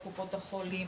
בקופות החולים,